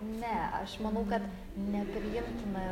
ne aš manau kad nepriimtina